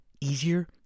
easier